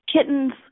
kittens